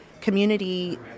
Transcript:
community